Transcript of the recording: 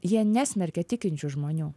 jie nesmerkia tikinčių žmonių